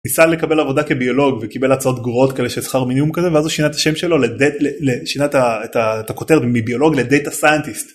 ניסה לקבל עבודה כביולוג וקיבל הצעות גרועות כאלה של שכר מינימום כזה ואז הוא שינה את השם שלו, שינה את הכותרת מביולוג לדאטה סיינטיסט.